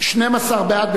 12 בעד,